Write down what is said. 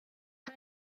pan